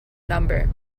number